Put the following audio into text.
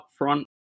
upfront